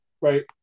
right